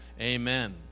Amen